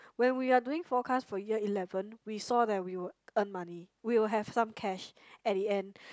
when we are doing forecast for year eleven we saw that we will earn money we will have some cash at the end